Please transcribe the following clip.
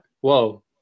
Whoa